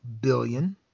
billion